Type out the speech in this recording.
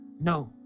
No